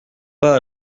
pas